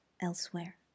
elsewhere